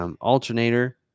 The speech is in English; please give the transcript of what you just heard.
alternator